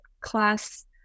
class